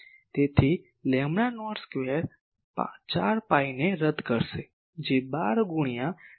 તેથી lambda naught square 4 pi ને રદ કરશે જે ૧૨ ગુણ્યા 0